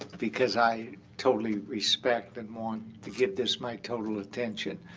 because i totally respect and want to give this my total attention.